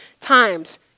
times